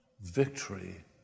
Victory